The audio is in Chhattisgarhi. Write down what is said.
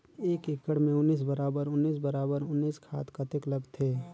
एक एकड़ मे उन्नीस बराबर उन्नीस बराबर उन्नीस खाद कतेक लगथे?